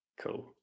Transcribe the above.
cool